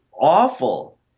awful